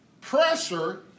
Pressure